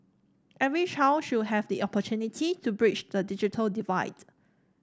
every child should have the opportunity to bridge the digital divide